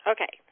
Okay